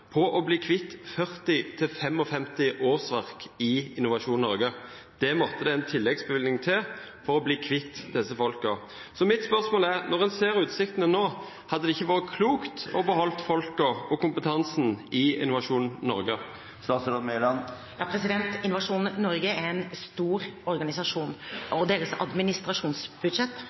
på å bli kvitt 40–55 årsverk i Innovasjon Norge. Det måtte en tilleggsbevilgning til for å bli kvitt disse folkene. Mitt spørsmål er: Når en ser utsiktene nå, hadde det ikke vært klokt å beholde folkene og kompetansen i Innovasjon Norge? Innovasjon Norge er en stor